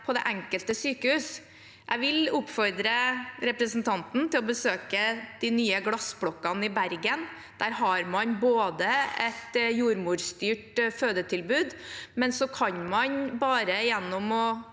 på det enkelte sykehus. Jeg vil oppfordre representanten til å besøke de nye glassblokkene i Bergen. Der har man et jordmorstyrt fødetilbud, men så kan man bare ved å